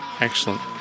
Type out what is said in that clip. Excellent